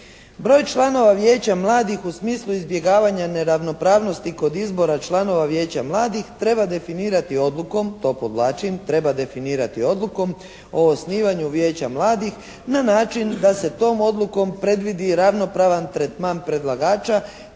"Broj članova vijeća mladih u smislu izbjegavanja neravnopravnosti kod izbora članova vijeća mladih treba definirati odlukom…", to podvlačim, "…treba definirati odlukom o osnivanju vijeća mladih na način da se tom odlukom predvidi ravnopravan tretman predlagača